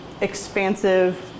expansive